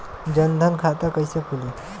जनधन खाता कइसे खुली?